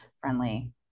friendly